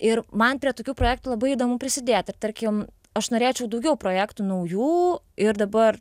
ir man prie tokių projektų labai įdomu prisidėt ir tarkim aš norėčiau daugiau projektų naujų ir dabar